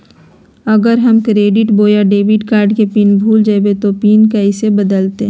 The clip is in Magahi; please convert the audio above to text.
अगर हम क्रेडिट बोया डेबिट कॉर्ड के पिन भूल जइबे तो पिन कैसे बदलते?